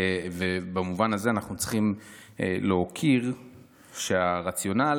ובמובן הזה אנחנו צריכים להוקיר שהרציונל